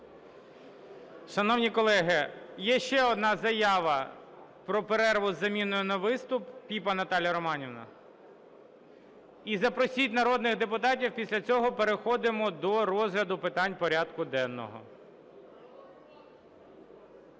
Шановні колеги, є ще одна заява про перерву з заміною на виступ. Піпа Наталія Романівна. І запросіть народних депутатів, після цього переходимо до розгляду питань порядку денного.